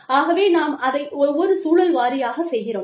ஆகவே நாம் அதை ஒவ்வொரு சூழல் வாரியாக செய்கிறோம்